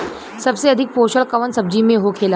सबसे अधिक पोषण कवन सब्जी में होखेला?